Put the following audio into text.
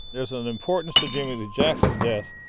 there's an importance to jimmie lee jackson's death,